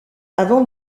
avant